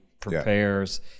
prepares